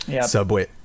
Subway